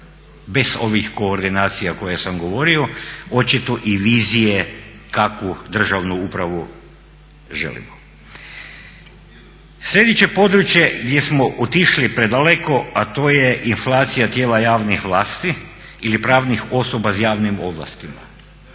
bez ovih koordinacija koje sam govorio, očito i vizije kakvu državnu upravu želimo. Sljedeće područje gdje smo otišli predaleko, a to je inflacija tijela javnih vlasti ili pravnih osoba s javnim ovlastima.